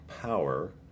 power